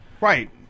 Right